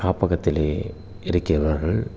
காப்பகத்திலே இருக்கின்றார்கள்